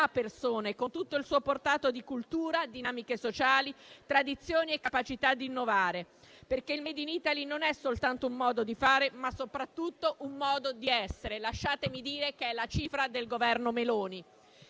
persone, con tutto il suo portato di cultura, dinamiche sociali, tradizioni e capacità di innovare, perché il *made in Italy* non è soltanto un modo di fare, ma soprattutto un modo di essere. Lasciatemi dire che è la cifra del Governo Meloni.